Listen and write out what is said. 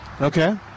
Okay